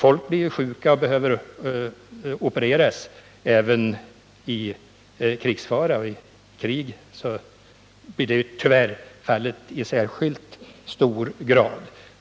Folk blir ju sjuka och behöver opereras även i tider av krigsfara, och om det blir krig blir detta tyvärr fallet i än högre grad.